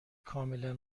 کاملا